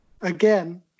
Again